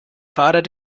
fahrer